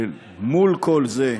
ומול כל זה,